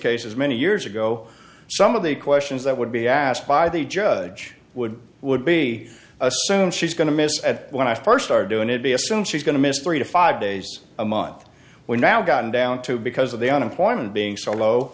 cases many years ago some of the questions that would be asked by the judge would would be assume she's going to miss at when i first are due and it be assumed she's going to miss three to five days a month we're now gotten down to because of the unemployment being so low